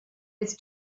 it’s